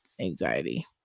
anxiety